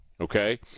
Okay